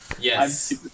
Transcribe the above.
Yes